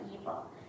evil